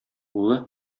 улы